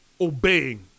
obeying